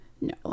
No